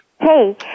Hey